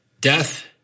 death